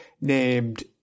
named